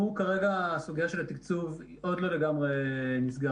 וסוגיית התקצוב עדיין לא נסגרה,